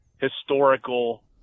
historical